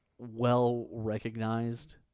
well-recognized